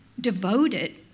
devoted